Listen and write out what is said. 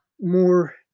more